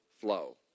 flow